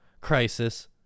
crisis